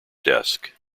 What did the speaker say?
desk